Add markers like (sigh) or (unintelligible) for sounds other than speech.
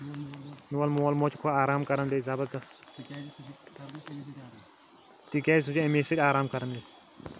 میون مول موج چھُ (unintelligible) آرام کَران بیٚیہِ زبردست تِکیٛازِ سُہ چھُ اَمے سۭتۍ آرام کَران أسۍ